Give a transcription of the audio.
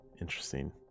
Interesting